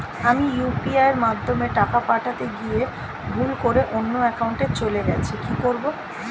আমি ইউ.পি.আই মাধ্যমে টাকা পাঠাতে গিয়ে ভুল করে অন্য একাউন্টে চলে গেছে কি করব?